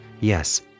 Yes